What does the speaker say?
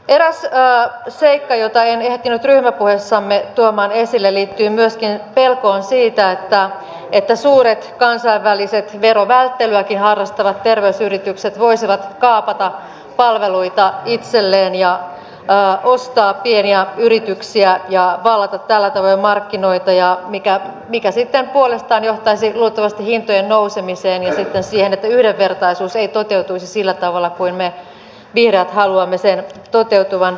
eräs seikka jota en ehtinyt ryhmäpuheessamme tuomaan esille liittyy myöskin pelkoon siitä että suuret kansainväliset verovälttelyäkin harrastavat terveysyritykset voisivat kaapata palveluita itselleen ja ostaa pieniä yrityksiä ja vallata tällä tavoin markkinoita mikä sitten puolestaan johtaisi luultavasti hintojen nousemiseen ja sitten siihen että yhdenvertaisuus ei toteutuisi sillä tavalla kuin me vihreät haluamme sen toteutuvan